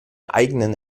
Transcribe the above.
eigenen